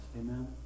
Amen